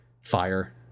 Fire